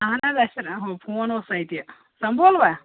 اہَن حظ اَسہِ چھِنہ ہُہ فون اوس اَتہِ سمبولوٕ